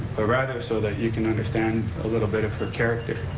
but rather so that you can understand a little bit of her character.